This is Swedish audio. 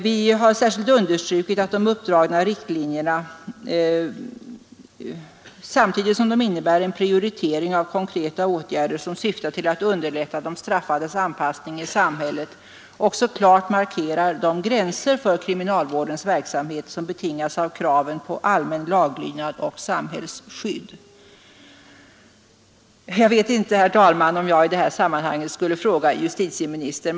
Vi har understrukit att de uppdragna riktlinjerna, samtidigt som de innebär en prioritering av konkreta åtgärder syftande till att underlätta de straffades anpassning i samhället, också klart markerar de gränser för kriminalvårdens verksamhet som betingas av kraven på allmän laglydnad och samhällsskydd. Jag vet inte, herr talman, om jag i detta sammanhang skulle ställa en fråga till justitieministern.